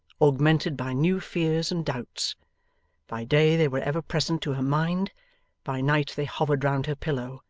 augmented by new fears and doubts by day they were ever present to her mind by night they hovered round her pillow,